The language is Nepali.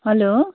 हेलो